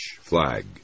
flag